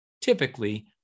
Typically